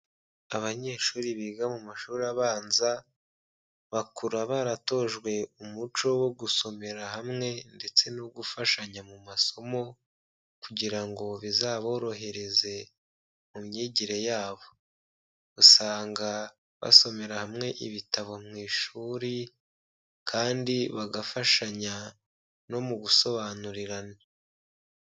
Abanyeshuri biga mu mashuri abanza, bakura baratojwe umuco wo gusomera hamwe ndetse no gufashanya mu masomo kugira ngo bizaborohereze mu myigire yabo, usanga basomera hamwe ibitabo mu ishuri kandi bagafashanya no mu gusobanurirana.